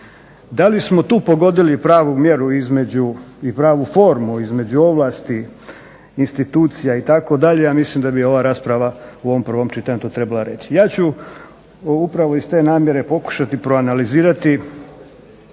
Da li smo tu pogodili pravu mjeru između i pravu formu između ovlasti institucija itd. ja mislim da bi ova rasprava u ovom prvom čitanju to trebala reći. Ja ću upravo iz te namjere pokušati proanalizirati